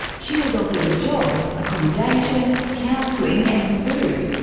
she was offered a job, accommodation, counselling and food.